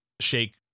shake